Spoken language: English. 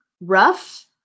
Rough